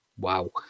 Wow